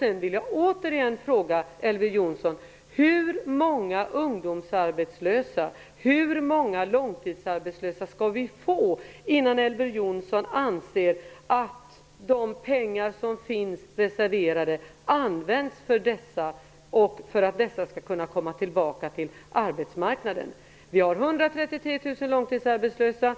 Jag vill återigen fråga Elver Jonsson: Hur många ungdomsarbetslösa och hur många långtidsarbetslösa skall vi få innan Elver Jonsson anser att de pengar som finns reserverade används till åtgärder för dessa människor och för att de skall kunna komma tillbaka till arbetsmarknaden? Vi har 133 000 långtidsarbetslösa,